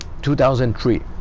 2003